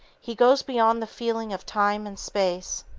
he goes beyond the feeling of time and space.